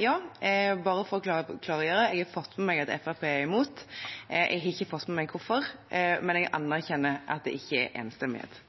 Jeg ville altså bare klargjøre at jeg har fått med meg at Fremskrittspartiet er imot. Jeg har ikke fått med meg hvorfor, men jeg anerkjenner at det ikke er enstemmighet.